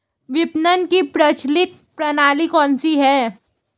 विपणन की प्रचलित प्रणाली कौनसी है?